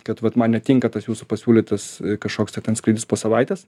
kad vat man netinka tas jūsų pasiūlytas kažkoks tai ten skrydis po savaitės